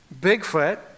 Bigfoot